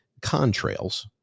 contrails